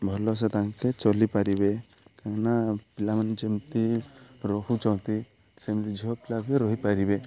ଭଲ ସେ ତାଙ୍କେ ଚଲିପାରିବେ କାହିଁକିନା ପିଲାମାନେ ଯେମିତି ରହୁଛନ୍ତି ସେମିତି ଝିଅପିଲା ବି ରହିପାରିବେ